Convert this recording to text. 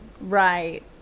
Right